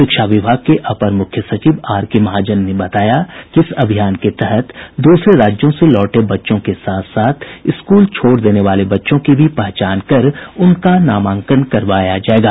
शिक्षा विभाग के अपर मुख्य सचिव आर के महाजन ने बताया कि इस अभियान के तहत दूसरे राज्यों से लौटे बच्चों के साथ साथ स्कूल छोड़ देने वाले बच्चों की भी पहचान कर उनका नामांकन करवाया जायेगा